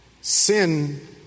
Sin